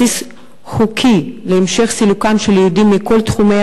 בסיס חוקי להמשך סילוקם של יהודים מכל תחומי